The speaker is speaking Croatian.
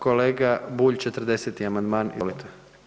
Kolega Bulj, 40. amandman, izvolite.